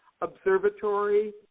observatory